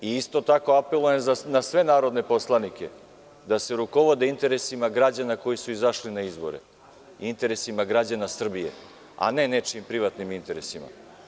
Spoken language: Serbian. Isto tako apelujem na sve narodne poslanike, da se rukovode interesima građana koji su izašli na izbore, interesima građana Srbije, a ne nečijim privatnim interesima.